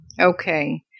Okay